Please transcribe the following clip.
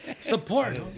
Support